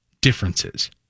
differences